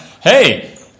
hey